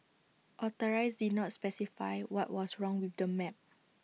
authorities did not specify what was wrong with the map